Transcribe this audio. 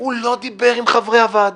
הוא לא דיבר עם חברי הוועדה,